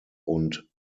und